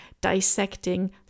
dissecting